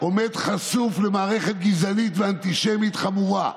עומד חשוף למערכת גזענית ואנטישמית חמורה,